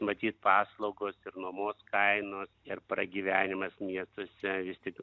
matyt paslaugos ir nuomos kainos ir pragyvenimas miestuose vis tik